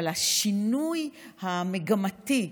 אבל השינוי המגמתי,